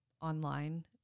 online